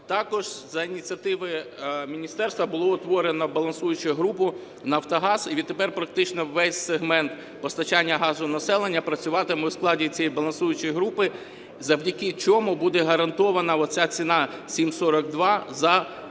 Також за ініціативи міністерства було утворено балансуючу групу Нафтогаз, і відтепер практично весь сегмент постачання газу населення працюватиме у складі цієї балансуючої групи, завдяки чому буде гарантована оця ціна 7,42 за газ,